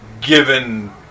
given